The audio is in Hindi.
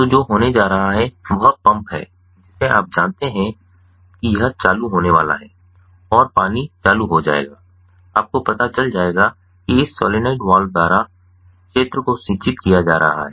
तो जो होने जा रहा है वह पंप है जिसे आप जानते हैं कि यह चालू होने वाला है और पानी चालू हो जाएगा आपको पता चल जाएगा कि इस सोलनॉइड वाल्व द्वारा क्षेत्र को सिंचित किया जा रहा है